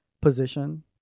position